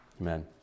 Amen